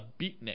beatnik